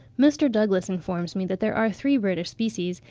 mr. douglas informs me that there are three british species,